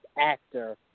actor